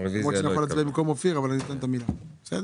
ביום רביעי שעבר קיימנו דיון במליאה בהצעה לסדר